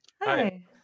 Hi